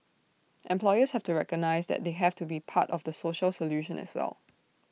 employers have to recognise that they have to be part of the social solution as well